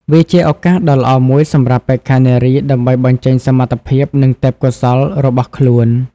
វាជាឱកាសដ៏ល្អមួយសម្រាប់បេក្ខនារីដើម្បីបញ្ចេញសមត្ថភាពនិងទេពកោសល្យរបស់ខ្លួន។